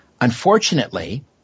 unfortunately